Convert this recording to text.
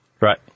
Right